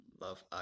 love